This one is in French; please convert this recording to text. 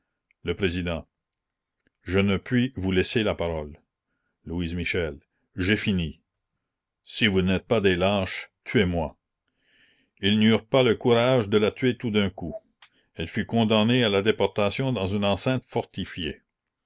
je ne puis vous laisser la parole louise michel j'ai fini si vous n'êtes pas des lâches tuez-moi ils n'eurent pas le courage de la tuer tout d'un coup elle fut condamnée à la déportation dans une enceinte fortifiée